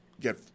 get